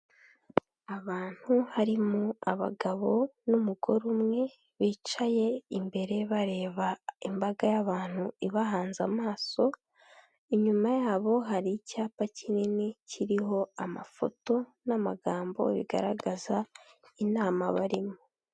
Abantu harimo abagabo n'umugore umwe bicaye imbere bareba imbaga y'abantu ibahanze amaso, inyuma yabo hari icyapa kinini kiriho amafoto n'amagambo bigaragaza inama barimo.